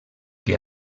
que